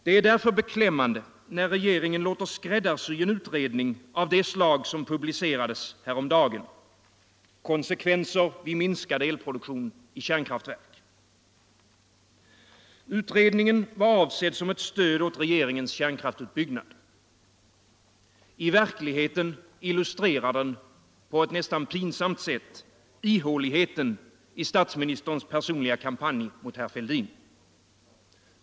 Det är därför beklämmande när regeringen låter skräddarsy en utredning av det slag som publicerades häromdagen: Konsekvenser vid minskad elproduktion i kärnkraftverk. Utredningen var avsedd som ett stöd åt regeringens kärnkraftsutbyggnad. I verkligheten illustrerar den på ett nästan pinsamt sätt ihåligheten i statsministerns personliga kampanj mot herr Fälldin.